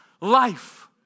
life